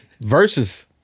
Versus